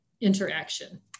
interaction